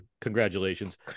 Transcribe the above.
Congratulations